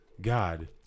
God